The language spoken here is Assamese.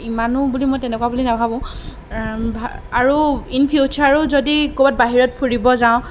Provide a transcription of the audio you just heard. ইমানো বুলি মই তেনেকুৱা বুলি নাভাবোঁ আৰু ইন ফিউচাৰো যদি ক'ৰবাত বাহিৰত ফুৰিবলৈ যাওঁ